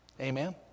Amen